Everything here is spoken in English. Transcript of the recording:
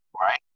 Right